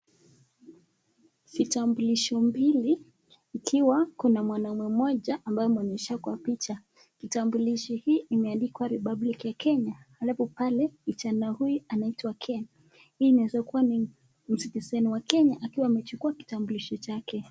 Vitambulisho mbili, ikiwa kuna mwanaume moja ambaye ameonyeshwa kwa picha. Kitabulisho hii imeandikwa republic of kenya , naanake pale kinjana huyu anaitwa ken. Hii inaweza kuwa ken akiwa amechukua kitambolisho chake.